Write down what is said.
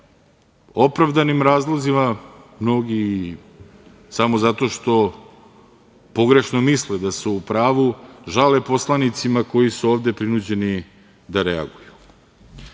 opravdanim razlozima, mnogi samo zato što pogrešno misle da su u pravu, žale poslanicima koji su ovde prinuđeni da reaguju. Prema